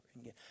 again